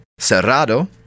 Cerrado